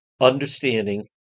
understanding